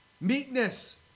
Meekness